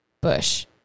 bush